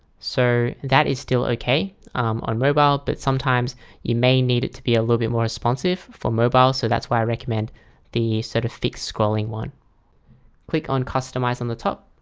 so that is still okay on mobile but sometimes you may need it to be a little bit more responsive for mobile so that's why i recommend the sort of fixed scrolling one click on customize on the top